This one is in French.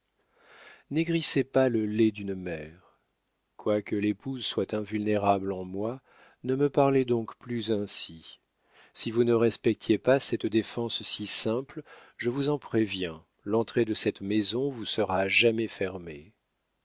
parcelle n'aigrissez pas le lait d'une mère quoique l'épouse soit invulnérable en moi ne me parlez donc plus ainsi si vous ne respectiez pas cette défense si simple je vous en préviens l'entrée de cette maison vous serait à jamais fermée